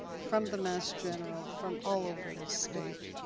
from the mass general, from all over the state.